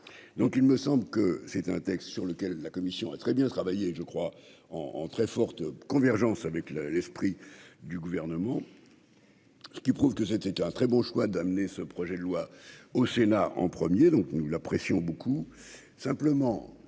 donc il me semble que c'est un texte sur lequel la Commission a très bien travaillé, je crois, en en très forte convergence avec le l'esprit du gouvernement. Ce qui prouve que c'était un très beau choix d'amener ce projet de loi au Sénat en premier, donc nous la pression beaucoup,